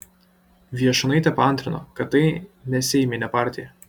viešūnaitė paantrino kad tai neseiminė partija